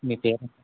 మీ పేరు